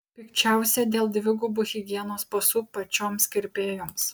pikčiausia dėl dvigubų higienos pasų pačioms kirpėjoms